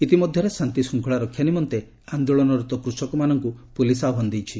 ଇତିମଧ୍ୟରେ ଶାନ୍ତିଶୃଙ୍ଖଳା ରକ୍ଷା ନିମନ୍ତେ ଆନ୍ଦୋଳନରତ କୃଷକମାନଙ୍କୁ ପୁଲିସ୍ ଆହ୍ୱାନ କରିଛି